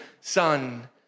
Son